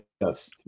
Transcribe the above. Yes